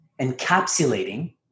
encapsulating